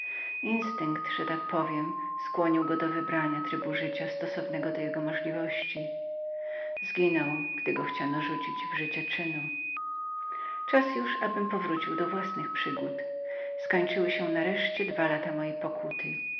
instynkt że tak powiem skłonił go do wybrania pewnego rodzaju życia zastosowanego do jego zdolności zginął gdy go chciano rzucić w życie czynu czas już abym powrócił do własnych przygód skończyły się nareszcie dwa lata mojej pokuty